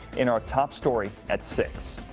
in our top story at six.